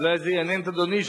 אולי זה יעניין את אדוני,